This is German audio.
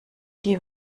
die